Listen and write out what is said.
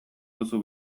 duzu